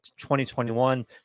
2021